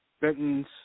Benton's